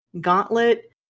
Gauntlet